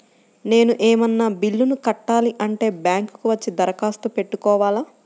నేను ఏమన్నా బిల్లును కట్టాలి అంటే బ్యాంకు కు వచ్చి దరఖాస్తు పెట్టుకోవాలా?